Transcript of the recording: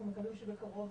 אנחנו מקווים שבקרוב